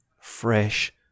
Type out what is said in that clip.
Fresh